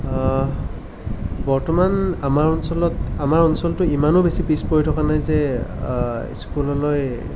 বৰ্তমান আমাৰ অঞ্চলত আমাৰ অঞ্চলটো ইমানো বেছি পিছপৰি থকা নাই যে স্কুললৈ